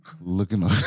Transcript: looking